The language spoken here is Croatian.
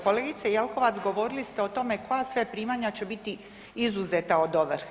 Kolegice Jelkovac govorili ste o tome koja sve primanja će biti izuzeta od ovrhe.